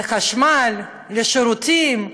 לחשמל, לשירותים?